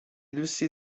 دوستی